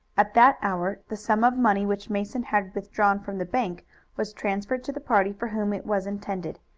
at that hour the sum of money which mason had withdrawn from the bank was transferred to the party for whom it was intended,